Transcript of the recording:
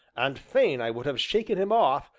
and fain i would have shaken him off,